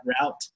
route